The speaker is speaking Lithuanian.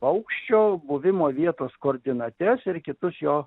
paukščio buvimo vietos koordinates ir kitus jo